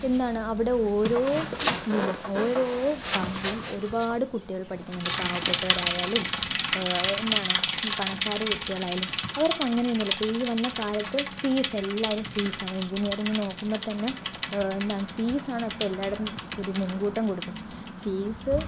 എന്താണ് അവിടെ ഓരോ ഇതിലും ഓരോ പാർട്ടിലും ഒരുപാട് കുട്ടികൾ പഠിക്കുന്നുണ്ട് പാവപ്പെട്ടവരായാലും എന്താണ് പണക്കാർ കുട്ടികളായാലും അവർക്ക് അങ്ങനെയൊന്നുമില്ല ഇപ്പം ഈ വന്ന കാലത്ത് ഫീസ് എല്ലാവരും ഫീസ് ആണ് എൻജിനീയറിങ് നോക്കുമ്പോൾ തന്നെ എന്താണ് ഫീസ് ആണ് ഇപ്പം എല്ലായിടത്തും ഒരു മുൻകൂട്ടം കൊടുക്കുന്നത് ഫീസ്